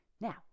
Now